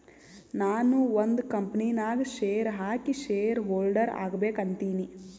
ನಾನು ಒಂದ್ ಕಂಪನಿ ನಾಗ್ ಶೇರ್ ಹಾಕಿ ಶೇರ್ ಹೋಲ್ಡರ್ ಆಗ್ಬೇಕ ಅಂತೀನಿ